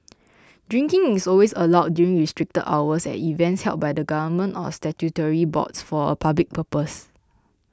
drinking is always allowed during restricted hours at events held by the government or statutory boards for a public purpose